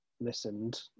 listened